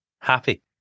happy